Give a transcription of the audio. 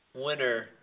winner